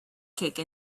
cake